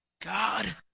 God